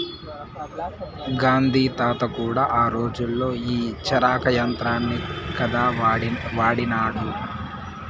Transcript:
గాంధీ తాత కూడా ఆ రోజుల్లో ఈ చరకా యంత్రాన్నే కదా వాడినాడు